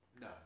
No